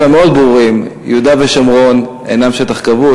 המאוד-ברורים: יהודה ושומרון אינם שטח כבוש,